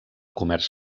comerç